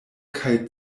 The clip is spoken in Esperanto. kaj